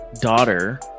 daughter